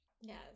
Yes